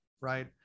right